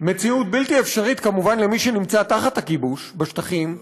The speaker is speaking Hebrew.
מציאות בלתי אפשרית כמובן למי שנמצא תחת הכיבוש בשטחים,